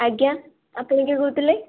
ଆଜ୍ଞା ଆପଣ କିଏ କହୁଥିଲେ